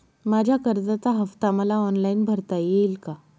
माझ्या कर्जाचा हफ्ता मला ऑनलाईन भरता येईल का?